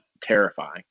terrifying